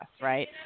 right